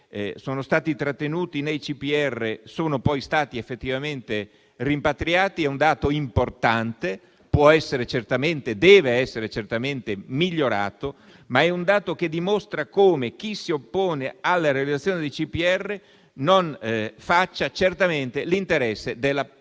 sono stati trattenuti nei CPR sono poi stati effettivamente rimpatriati, è importante, che può e deve essere certamente migliorato, ma che dimostra come chi si oppone alla realizzazione dei CPR non faccia certamente l'interesse